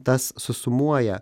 tas susumuoja